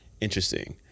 interesting